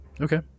okay